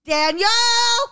Daniel